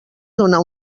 donar